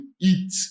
eat